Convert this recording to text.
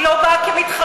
היא לא באה כמתחרה,